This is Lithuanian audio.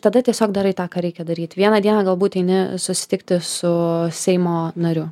tada tiesiog darai tą ką reikia daryt vieną dieną galbūt eini susitikti su seimo nariu